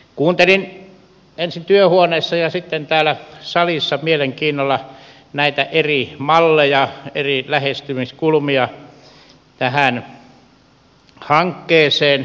kuuntelin ensin työhuoneessa ja sitten täällä salissa mielenkiinnolla näitä eri malleja eri lähestymiskulmia tähän hankkeeseen